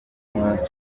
most